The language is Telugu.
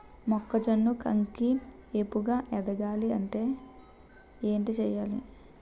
మొక్కజొన్న కంకి ఏపుగ ఎదగాలి అంటే ఏంటి చేయాలి?